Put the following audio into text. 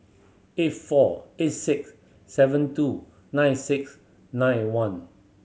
eight four eight six seven two nine six nine one